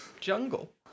jungle